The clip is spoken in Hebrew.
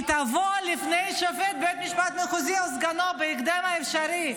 היא תבוא לפני שופט בית משפט מחוזי או סגנו בהקדם האפשרי,